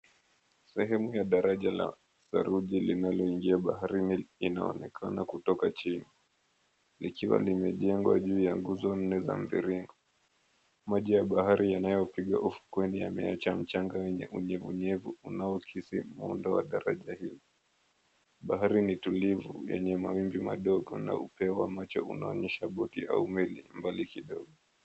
Sehemu ya daraja la dheluji linaloingia baharini inaonekana kutoka chini, likiwa limejengwa juu ya nguzo nne za mviringo. Maji ya bahari yanayopiga ufukweni yameacha mchanga mwenye unyevunyevu unaokisi muundo wa daraja hili. Bahari ni tulivu yenye mawimbi madogo na upeo wa macho unaonyesha boti au meli mbali kidogo.